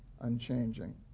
unchanging